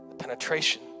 penetration